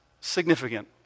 significant